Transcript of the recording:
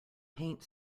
paint